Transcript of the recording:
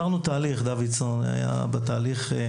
דוידסון, עברנו תהליך.